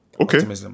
okay